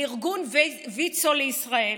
לארגון ויצ"ו ישראל